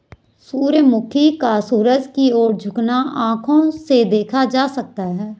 सूर्यमुखी का सूर्य की ओर झुकना आंखों से देखा जा सकता है